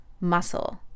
muscle